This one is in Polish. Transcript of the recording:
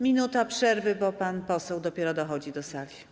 Minuta przerwy, bo pan poseł dopiero idzie do sali.